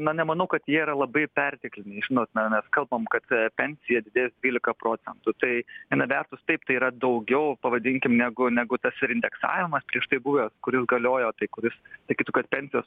na nemanau kad jie yra labai pertekliniai žinot na mes kalbam kad pensija didės dvylika procentų tai viena vertus taip tai yra daugiau pavadinkim negu negu tas ir indeksavimas prieš tai buvęs kuris galiojo tai kuris sakytų kad pensijos